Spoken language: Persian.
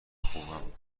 خوبیم